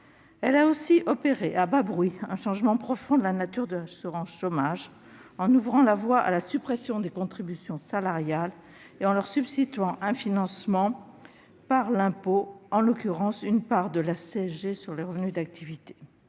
Elle a aussi opéré, à bas bruit, un changement profond de la nature de l'assurance chômage en ouvrant la voie à la suppression des contributions salariales et en leur substituant un financement par l'impôt, en l'occurrence par une part de la CSG sur les revenus d'activité.